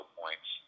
points